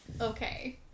Okay